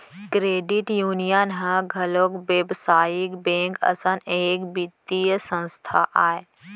credit union ह घलोक बेवसायिक बेंक असन एक बित्तीय संस्था आय